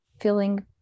feeling